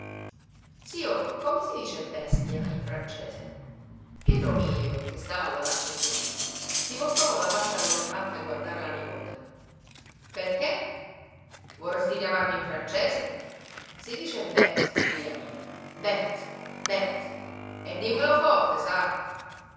zio come si dice bestia in francese pietro mílio che stava a lavarsi in cucina si voltò con la faccia grondante a guardare la nipote perché vorresti chiamarmi in francese si dice bte figlia mia bte bte e dimmelo forte sai